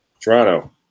Toronto